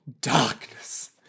Darkness